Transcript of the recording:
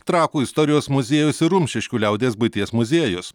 trakų istorijos muziejus ir rumšiškių liaudies buities muziejus